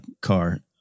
car